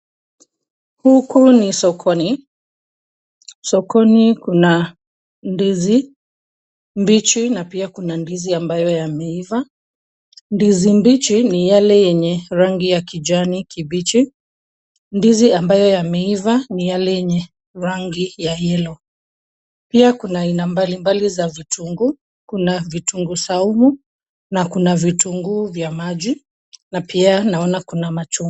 Huku ni sokoni, sokoni kuna ndizi mbichi na pia Kuna ndizi ambayo yameiva. Ndizi mbichi ni Yale yenye rangi ya kijani kibichi ,ndizi ambayo yameiva ni yale yenye rangi ya yellow ,pia Kuna aina mbali mbali ya Vitunguu, Kuna Vitunguu saumu na Kuna Vitunguu vya maji na pia naona Kuna machungwa .